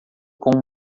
com